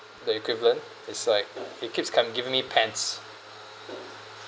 the equivalent is like it keeps come giving me pants